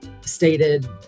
stated